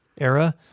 era